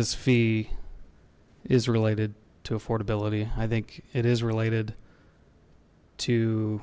this fee is related to affordability i think it is related to